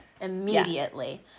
Immediately